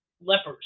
lepers